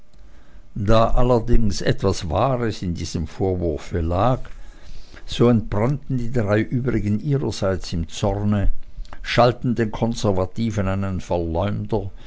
da allerdings etwas wahres in diesem vorwurfe lag so entbrannten die drei übrigen ihrerseits im zorne schalten den konservativen einen verleumder